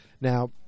Now